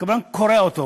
הקבלן "קורע" אותו,